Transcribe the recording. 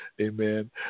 Amen